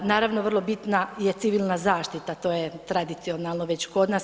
Naravno, vrlo bitna je civilna zaštita, to je tradicionalno već kod nas.